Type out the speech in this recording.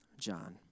John